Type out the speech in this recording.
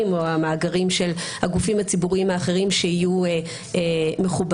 או המאגרים של הגופים הציבוריים האחרים שיהיו מחוברים,